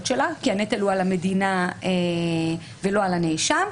שלה כי הנטל הוא על המדינה ולא על הנאשם,